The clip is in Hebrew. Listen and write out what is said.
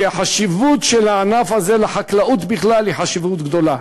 כי החשיבות של הענף הזה לחקלאות בכלל היא גדולה.